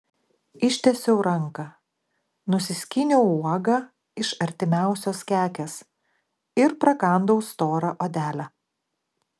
ištiesiau ranką nusiskyniau uogą iš artimiausios kekės ir prakandau storą odelę